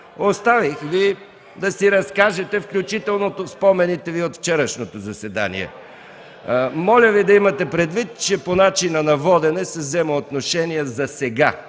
оставих Ви да разкажете, включително спомените си от вчерашното заседание. Моля Ви да имате предвид, че по начина на водене се взема отношение за сега,